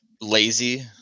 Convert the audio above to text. lazy